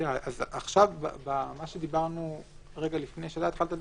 מה שדיברנו רגע לפני שהתחלת לדבר,